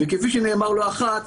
וכפי שנאמר לא אחת,